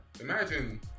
imagine